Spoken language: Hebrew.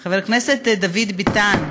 חבר הכנסת דוד ביטן,